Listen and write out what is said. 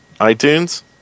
iTunes